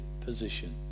position